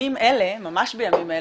ממש בימים אלה,